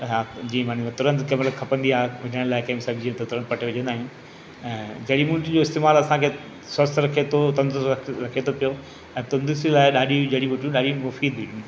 हा जीअं माना तुरंत केमहिल खपंदी आ्हे विझण लाइ कंहिं बि सब्जी में तुरंत कटे विझंदा आहियूं ऐं जड़ी बूटी जो इस्तेमालु असांखे स्वस्थ रखे थो तंदुरुस्तु रखे थो पियो ऐं तंदुरुस्ती लाइ ॾाढी जड़ी बूटियूं ॾाढी मुफ़ी थींदी